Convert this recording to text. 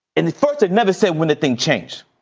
and they thought they'd never say when that thing changed,